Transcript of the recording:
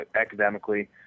academically